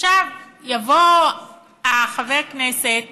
עכשיו, יבוא חבר הכנסת